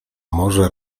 może